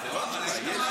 זה לא אותו דבר.